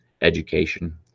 education